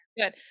good